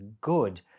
good